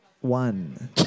one